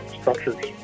structures